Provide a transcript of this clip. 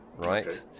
Right